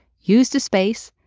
use the space,